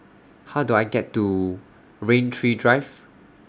How Do I get to Rain Tree Drive